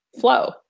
flow